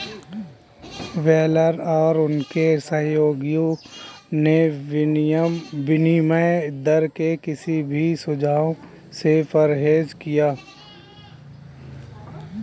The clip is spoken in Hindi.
ब्लेयर और उनके सहयोगियों ने विनिमय दर के किसी भी सुझाव से परहेज किया